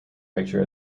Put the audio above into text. picture